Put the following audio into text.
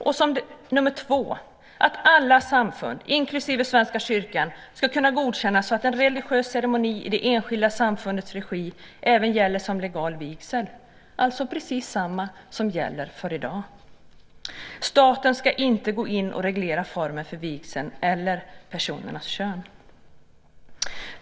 För det andra ska alla samfund, inklusive Svenska kyrkan, kunna godkännas så att en religiös ceremoni i det enskilda samfundets regi även gäller som legal vigsel. Det är alltså precis detsamma som gäller i dag. Staten ska inte gå in och reglera formen för vigseln eller personernas kön.